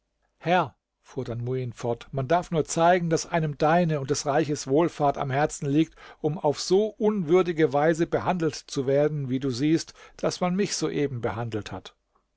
herr fuhr dann muin fort man darf nur zeigen daß einem deine und des reiches wohlfahrt am herzen liegt um auf so unwürdige weise behandelt zu werden wie du siehst daß man mich soeben behandelt hat